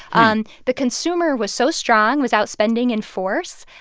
and the consumer was so strong, was out spending in force.